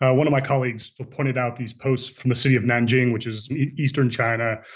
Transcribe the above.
ah one of my colleagues pointed out these posts from the city of nanjing, which is eastern china,